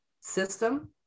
system